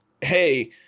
hey